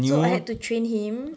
so I had to train him